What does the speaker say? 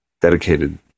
dedicated